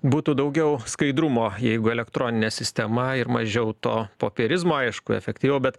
būtų daugiau skaidrumo jeigu elektroninė sistema ir mažiau to popierizmo aišku efektyviau bet